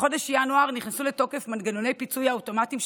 בחודש ינואר נכנסו לתוקף מנגנוני פיצוי אוטומטיים,